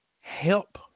Help